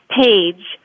page